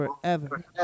forever